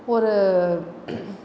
ஒரு